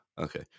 okay